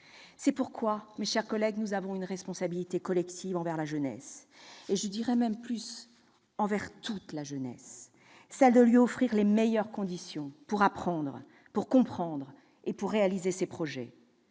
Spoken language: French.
C'est pourquoi nous avons une responsabilité collective envers la jeunesse, et je dirai même envers toute la jeunesse : celle de lui offrir les meilleures conditions pour apprendre, comprendre et réaliser ses projets.